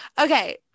okay